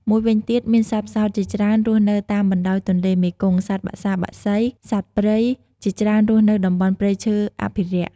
មួយវិញទៀត មានសត្វផ្សោតជាច្រើនរស់នៅតាមបណ្តោយទន្លេមេគង្គ សត្វបក្សាបក្សី សត្វព្រៃ ជាច្រើនរស់នៅតំបន់ព្រៃឈើអភិរក្ស។